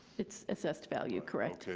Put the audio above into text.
it's assessed value, correct. okay,